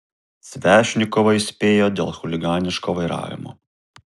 svešnikovą įspėjo dėl chuliganiško vairavimo